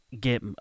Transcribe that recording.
get